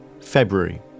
February